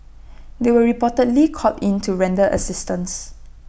they were reportedly called in to render assistance